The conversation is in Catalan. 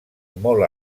molt